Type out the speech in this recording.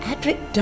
Adric